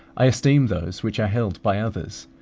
i esteem those which are held by others,